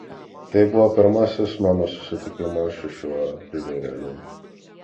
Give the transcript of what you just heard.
tai buvo pirmasis mano susitikimas su šiuo žvėreliu